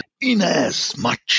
inasmuch